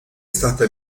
stata